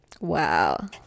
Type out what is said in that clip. wow